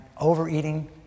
overeating